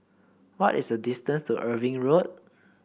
what is the distance to Irving Road